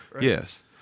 Yes